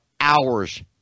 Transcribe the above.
hours